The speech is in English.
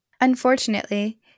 Unfortunately